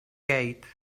gates